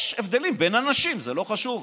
יש הבדלים בין אנשים, זה לא חשוב.